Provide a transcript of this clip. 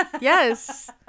Yes